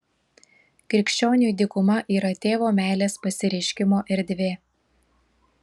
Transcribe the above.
krikščioniui dykuma yra tėvo meilės pasireiškimo erdvė